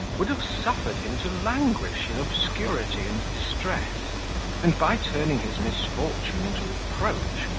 would have suffered him to languish in obscurity and distress and by turning his misfortune into reproach,